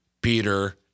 Peter